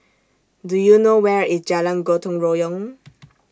Do YOU know Where IS Jalan Gotong Royong